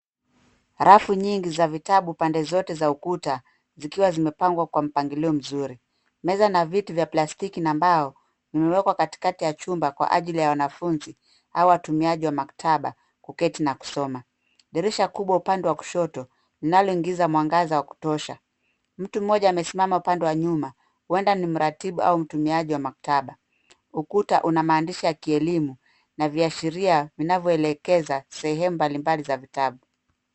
Rafu nyingi za vitabu, pande zote za ukuta zikiwa zimepangwa kwa mpangilio mzuri. Meza na viti vya plastiki na mbao imekwa katikati ya jumba kwa ajili ya wanafunzi au watumiaji wa maktaba kuketi na kusoma. Dirisha kubwa upande wa kushoto linalo ingiza mwangaza wa kutosha. Mtu moja amesimama upande wa nyuma huenda ni mratifu au mtumiaji wa maktaba. Ukuta vina maandishi ya kielimu vinaashiria vinavoelekeza sehemu mbali mbali vya vitabu.